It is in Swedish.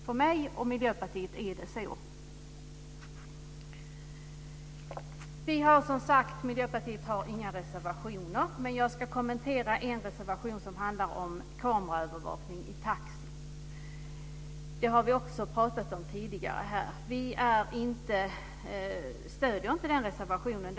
För mig och Miljöpartiet är det så. Miljöpartiet har inga reservationer, men jag ska kommentera en reservation som handlar om kameraövervakning i taxi. Det har vi också pratat om tidigare. Vi stöder inte den reservationen.